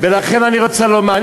ולכן אני רוצה לומר,